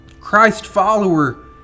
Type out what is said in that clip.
Christ-follower